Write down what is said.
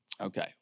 Okay